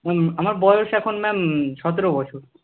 আমার বয়স এখন ম্যাম সতেরো বছর